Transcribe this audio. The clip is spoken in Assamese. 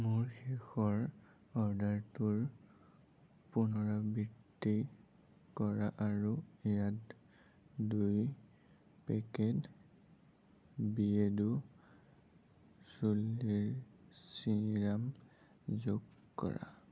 মোৰ শেষৰ অৰ্ডাৰটোৰ পুনৰাবৃত্তি কৰা আৰু ইয়াত দুই পেকেট বিয়েৰ্ডো চুলিৰ ছিৰাম যোগ কৰা